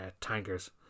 tankers